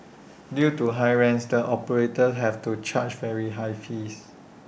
due to high rents the operators have to charge very high fees